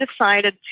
decided